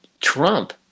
Trump